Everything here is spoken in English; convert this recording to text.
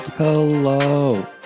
Hello